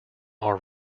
are